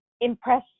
impress